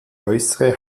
äußere